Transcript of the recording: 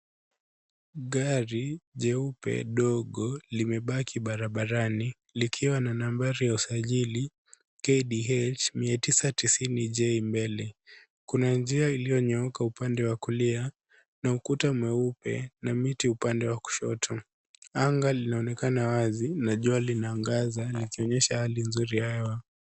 Gari jeupe dogo limebaki barabarani likiwa na nambari ya usajili KDH 990J mbele. Kuna njia iliyonyooka upande wa kulia na ukuta mweupe na miti upande wa kushoto. Anga linaonekana wazi na jua linaangaza likionyesha hali nzuri ya hewa.